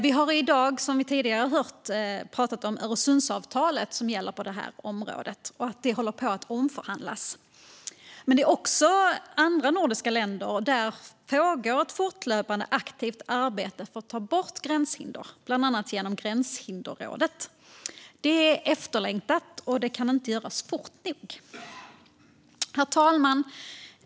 Vi har tidigare i dag pratat om Öresundsavtalet, som gäller på det här området, och att det håller på att omförhandlas. Mellan de nordiska länderna pågår ett fortlöpande aktivt arbete för att ta bort gränshinder, bland annat genom Gränshinderrådet. Det är efterlängtat och kan inte göras fort nog. Herr talman!